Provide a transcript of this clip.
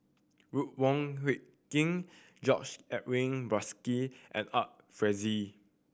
Ruth Wong Hie King George Edwin Bogaars and Art Fazil